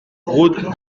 route